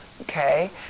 okay